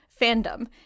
fandom